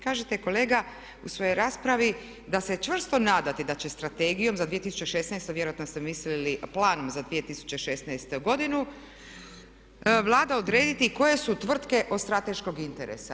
Kažete kolega u svojoj raspravi da se čvrsto nadate da će strategijom za 2016., vjerojatno ste mislili planom za 2016.godinu Vlada odrediti koje su tvrtke od strateškog interesa.